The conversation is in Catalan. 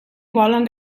volen